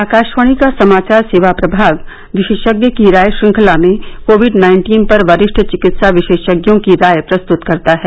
आकाशवाणी का समाचार सेवा प्रभाग विशेषज्ञ की राय श्रृंखला में कोविड नाइन्टीन पर वरिष्ठ चिकित्सा विशेषज्ञों की राय प्रस्तुत करता है